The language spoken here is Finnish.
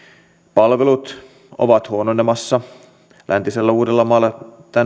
palvelut ovat huononemassa läntisellä uudellamaalla